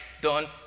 done